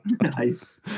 nice